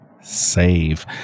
Save